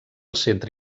centre